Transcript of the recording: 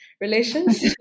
Relations